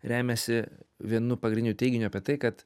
remiasi vienu pagrindiniu teiginiu apie tai kad